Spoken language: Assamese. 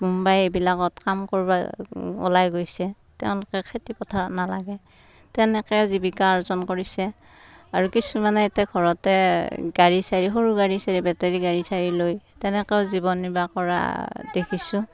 মুম্বাই এইবিলাকত কাম কৰিব ওলাই গৈছে তেওঁলোকে খেতি পথাৰত নালাগে তেনেকৈ জীৱিকা অৰ্জন কৰিছে আৰু কিছুমানে এতিয়া ঘৰতে গাড়ী চাড়ী সৰু গাড়ী চাড়ী বেটেৰী গাড়ী চাড়ী লৈ তেনেকেও জীৱন নিৰ্বাহ কৰা দেখিছোঁ